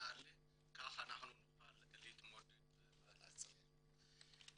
שנעלה את זה נוכל להתמודד ונצליח.